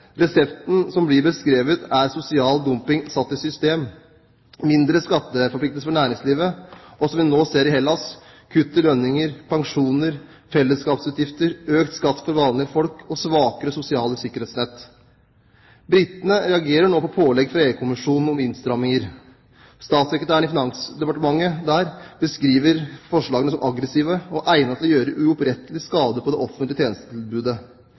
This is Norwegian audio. Resepten som blir beskrevet, er sosial dumping satt i system, mindre skatteforpliktelser for næringslivet, og, som vi nå ser i Hellas, kutt i lønninger, pensjoner, fellesskapsutgifter, økt skatt for vanlige folk og svakere sosiale sikkerhetsnett. Britene reagerer nå på pålegg fra EU-kommisjonen om innstramminger. Statssekretæren i finansdepartementet der beskriver forslagene som aggressive og egnet til å gjøre uopprettelig skade på det offentlige tjenestetilbudet.